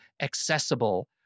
accessible